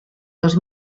dos